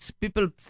People